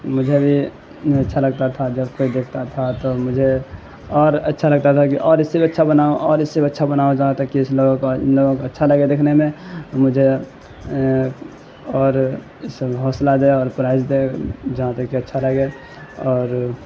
مجھے بھی اچھا لگتا تھا جب کوئی دیکھتا تھا تو مجھے اور اچھا لگتا تھا کہ اور اس سے بھی اچھا بناؤں اور اس سے بھی اچھا بناؤں جہاں تک کہ اس سے لوگوں کو ان لوگوں کو اچھا لگے دیکھنے میں اور مجھے اور سب حوصلہ دے اور پرائز دے جہاں تک کہ اچھا لگے اور